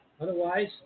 Otherwise